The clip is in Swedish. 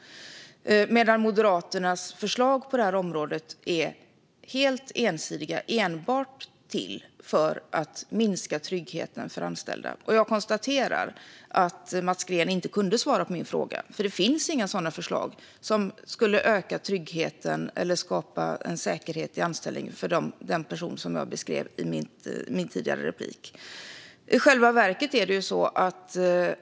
Moderaternas förslag på detta område är dock helt ensidiga och enbart till för att minska tryggheten för anställda. Jag konstaterar att Mats Green inte kunde svara mig, för Moderaterna har inga förslag som skulle öka tryggheten eller skapa säkerhet i anställningen för den person jag beskrev i min tidigare replik.